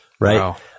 right